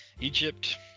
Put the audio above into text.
Egypt